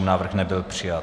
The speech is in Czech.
Návrh nebyl přijat.